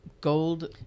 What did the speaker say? gold